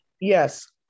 Yes